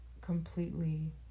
completely